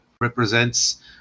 represents